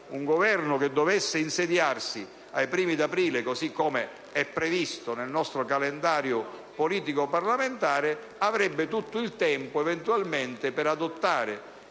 Un Governo che dovesse infatti insediarsi ai primi di aprile, così come previsto nel nostro calendario politico-parlamentare, avrebbe tutto il tempo eventualmente per adottare,